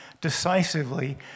Decisively